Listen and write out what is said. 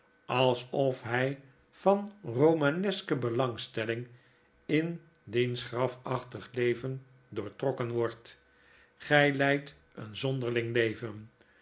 alsof hij van romaneske belangstelling in diens grafachtig leven doortrokken wordt grij leidt een zonderling leven